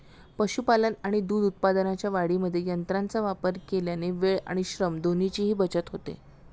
पशुपालन आणि दूध उत्पादनाच्या वाढीमध्ये यंत्रांचा वापर केल्याने वेळ आणि श्रम दोन्हीची बचत होते